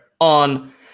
on